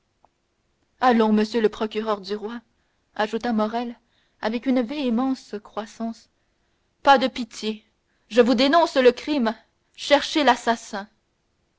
allons monsieur le procureur du roi ajouta morrel avec une véhémence croissante pas de pitié je vous dénonce le crime cherchez l'assassin